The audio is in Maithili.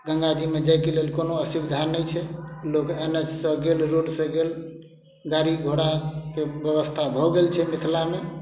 गंगाजीमे जाइके लेल कोनो असुविधा नहि छै लोक एन एच सँ गेल रोडसँ गेल गाड़ी घोड़ाके व्यवस्था भऽ गेल छै मिथिलामे